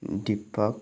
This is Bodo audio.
दिपक